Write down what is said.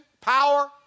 power